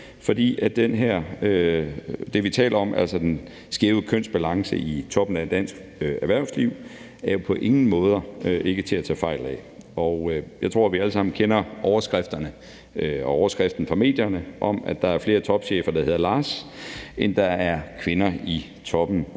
fordi det, vi taler om, altså den skæve kønsbalance i toppen af dansk erhvervsliv, på ingen måde er til at tage fejl af. Jeg tror, vi alle sammen kender overskrifterne og overskriften fra medierne om, at der er flere topchefer, der hedder Lars, end der er kvinder i toppen